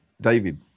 David